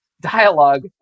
dialogue